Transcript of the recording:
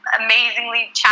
amazingly